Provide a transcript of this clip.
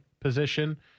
position